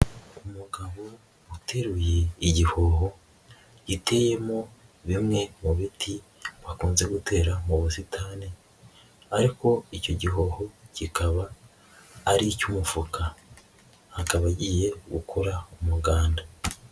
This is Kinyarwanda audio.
Umugabo uteruye igihoho giteyemo bimwe mu biti bakunze gutera mu busitani, ariko icyo gihoho kikaba ari icy'umufuka akaba agiye gukora umuganda.